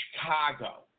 Chicago